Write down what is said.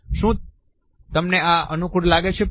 શું તમને આ અનુકૂળ લાગે છે પ્રિય